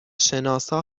شناسا